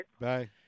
Bye